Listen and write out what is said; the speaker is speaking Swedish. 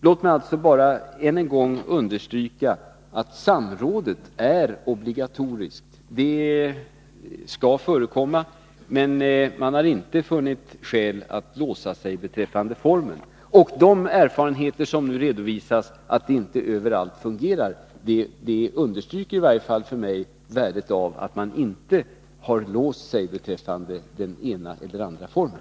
Låt mig bara än en gång understryka att samrådet är obligatoriskt. Samråd skall förekomma, men man har inte funnit skäl att låsa sig beträffande formen. De erfarenheter som nu redovisas och som säger oss att systemet inte fungerar överallt understryker i varje fall för mig värdet av att man inte har låst sig beträffande den ena eller den andra formen.